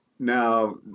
Now